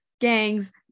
gangs